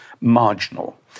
marginal